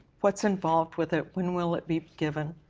what's involved with it? when will it be given?